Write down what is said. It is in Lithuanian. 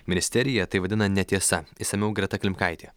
ministerija tai vadina netiesa išsamiau greta klimkaitė